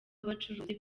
abacuruzi